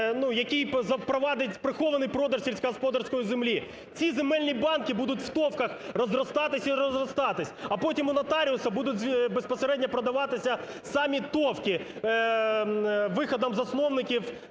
прихований продаж сільськогосподарської землі. Ці земельні банки будуть в ТОВках розростатись і розростатись, а потім у нотаріуса будуть безпосередньо продаватися самі ТОВки, виходом засновників